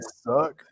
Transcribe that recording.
suck